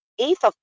eighth